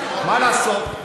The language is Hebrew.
מה לעשות?